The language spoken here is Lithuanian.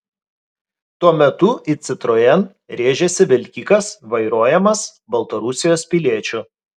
tuo metu į citroen rėžėsi vilkikas vairuojamas baltarusijos piliečio